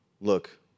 Look